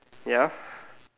ya